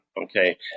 okay